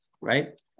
right